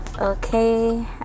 Okay